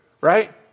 right